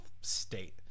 state